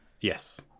Yes